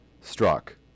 struck